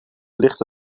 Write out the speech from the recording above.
ligt